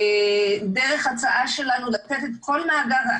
דרך הצעה שלנו לתת את כל מאגר ה-,